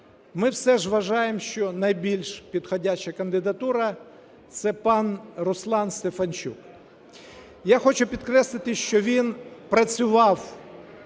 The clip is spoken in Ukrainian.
ми все ж вважаємо, що найбільш підходяща кандидатура – це пан Руслан Стефанчук. Я хочу підкреслити, що він працював